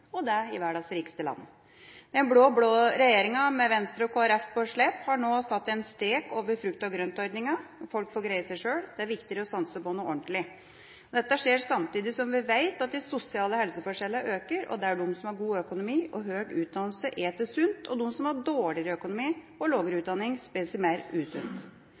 læring, og det i verdens rikeste land. Den blå-blå regjeringa med Venstre og Kristelig Folkeparti på slep har nå satt en strek over frukt og grønt-ordningen, folk får greie seg sjøl – det er viktigere å satse på noe ordentlig. Dette skjer samtidig som vi vet at de sosiale helseforskjellene øker, og de som har god økonomi og høy utdanning, spiser sunt, og de som har dårligere økonomi og lavere utdanning, spiser mer usunt.